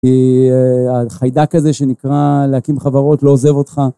כי החיידק הזה שנקרא להקים חברות לא עוזב אותך.